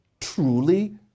truly